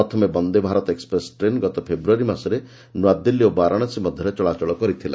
ପ୍ରଥମ Vande Bharat express train ଗତ ଫେବୃୟାରୀ ମାସରେ ନୂଆଦିଲ୍ଲୀ ଓ ବାରାଣସୀ ମଧ୍ୟରେ ଚଳାଚଳ କରିଥିଲା